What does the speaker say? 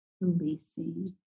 releasing